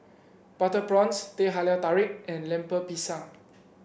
Butter Prawns Teh Halia Tarik and Lemper Pisang